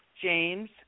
James